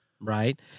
right